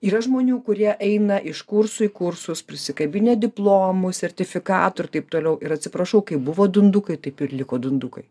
yra žmonių kurie eina iš kursų į kursus prisikabinę diplomų sertifikatų ir taip toliau ir atsiprašau kaip buvo dundukai taip ir liko dundukai